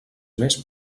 més